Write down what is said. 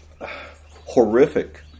horrific